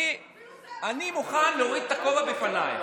אני מוכן להוריד את הכובע בפניך.